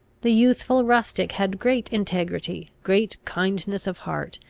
the youthful rustic had great integrity, great kindness of heart,